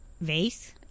vase